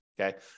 okay